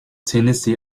tennessee